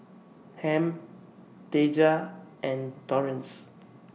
Ham Taja and Torrence